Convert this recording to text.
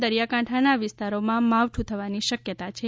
દરિયાકાંઠાના વિસ્તારોમાં માવઠું થવાની શક્યતા છે